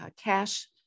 cash